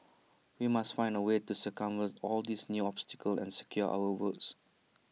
we must find A way to circumvent all these new obstacle and secure our votes